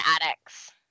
addicts